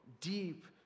deep